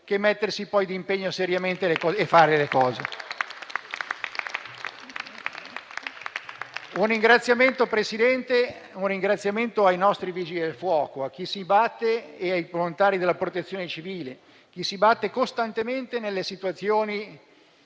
che mettersi poi di impegno seriamente e fare le cose. Un ringraziamento va ai nostri Vigili del fuoco e ai volontari della Protezione civile, che si battono costantemente nelle situazioni